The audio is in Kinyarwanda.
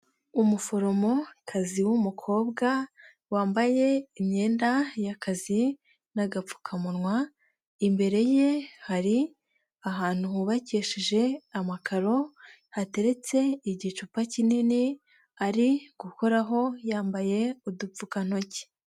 Umuforomokazi w'umukobwa wambaye imyenda y'akazi n'agapfukamunwa, imbere ye hari ahantu hubakishije amakaro, hateretse igicupa kinini ari gukoraho yambaye udupfukantoki.